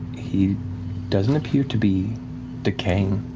he doesn't appear to be decaying,